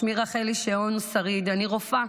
שמי רחלי שיאון-שריד, אני רופאה,